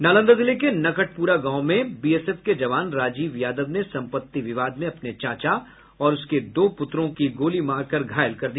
नालंदा जिले के नकटप्रा गांव में बीएसएफ के जवान राजीव यादव ने संपत्ति विवाद में अपने चाचा और उसके दो पुत्रों को गोली मारकर घायल कर दिया